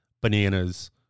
bananas